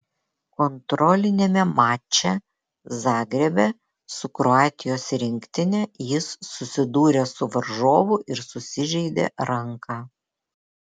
kontroliniame mače zagrebe su kroatijos rinktine jis susidūrė su varžovu ir susižeidė ranką